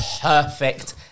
perfect